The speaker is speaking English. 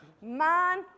Man